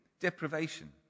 deprivation